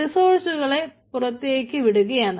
റിസോഴ്സ്കളെ പുറത്തേക്ക് വിടുകയാണ്